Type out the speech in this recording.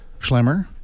Schlemmer